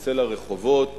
יוצא לרחובות,